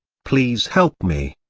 please help me.